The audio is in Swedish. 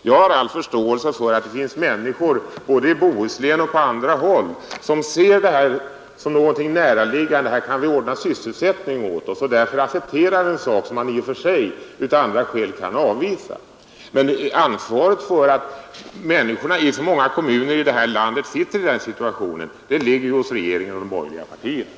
Jag har all förståelse för att det finns människor både i Bohuslän och på andra håll som ser det här som någonting näraliggande — här kan vi ordna sysselsättning åt oss — och därför accepterar en sak som de i och för sig av andra skäl kan avvisa. Men ansvaret för att människorna i så många kommuner i det här landet är i denna situation ligger ju hos regeringen och de borgerliga partierna.